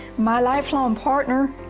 my lifelong partner,